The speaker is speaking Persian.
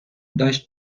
داشت